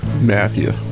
Matthew